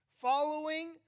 following